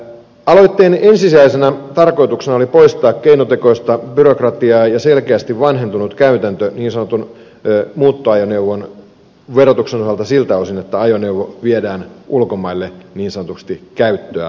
aloitteen ensisijaisena tarkoituksena oli poistaa keinotekoista byrokratiaa ja selkeästi vanhentunut käytäntö niin sanotun muuttoajoneuvon verotuksen osalta siltä osin että ajoneuvo viedään ulkomaille niin sanotusti käyttöä varten